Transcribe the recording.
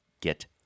get